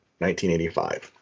1985